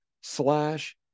slash